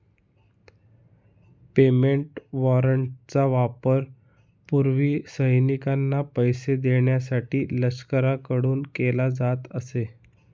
payment वॉरंटचा वापर पूर्वी सैनिकांना पैसे देण्यासाठी लष्कराकडून केला जात असे